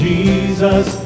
Jesus